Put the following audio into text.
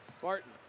Barton